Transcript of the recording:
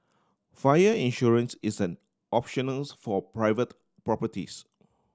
fire insurance is an optionals for private properties